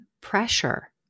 pressure